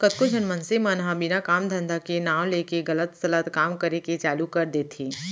कतको झन मनसे मन ह बिना काम धंधा के नांव लेके गलत सलत काम करे के चालू कर देथे